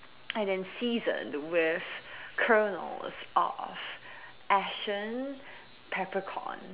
I then seasoned it with kernels off ashen peppercorn